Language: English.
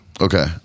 Okay